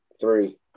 three